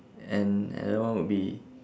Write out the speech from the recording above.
and another one would be